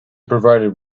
provided